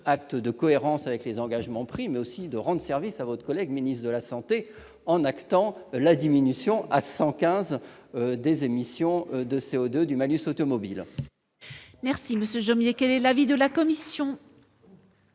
acte de cohérence avec les engagements pris, mais aussi de rendre service à votre collègue ministre de la santé en actant la diminution à 115 grammes des émissions de CO2 dans le calcul du malus automobile. Quel est l'avis de la commission ?